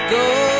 go